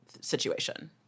situation